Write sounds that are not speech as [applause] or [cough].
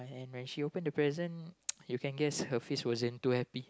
and when she open the present [noise] you can guess her face wasn't too happy